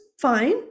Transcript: fine